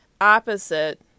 opposite